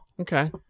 Okay